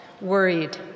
worried